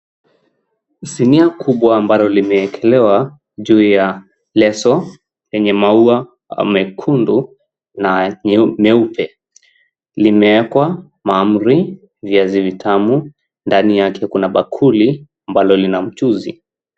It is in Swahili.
Sinia kubwa ambalo limeekelewa juu ya leso yenye maua mekundu na meupe limeekwa mahamri, viazi vitamu , ndani yake kuna bakuli ambalo lina mchuzi.